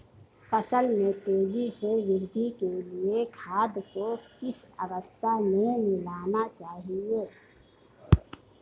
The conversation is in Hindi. फसल में तेज़ी से वृद्धि के लिए खाद को किस अवस्था में मिलाना चाहिए?